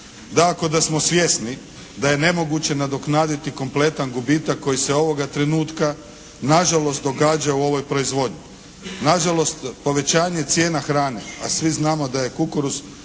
da smo svjesni da je nemoguće nadoknaditi kompletan gubitak koji se ovoga trenutka nažalost događao u ovoj proizvodnji. Nažalost, povećanje cijena hrane a svi znamo da je kukuruz